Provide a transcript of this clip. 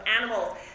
animals